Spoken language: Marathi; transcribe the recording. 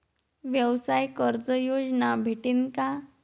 व्यवसाय कर्ज योजना भेटेन का?